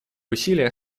усилиях